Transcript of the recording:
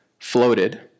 floated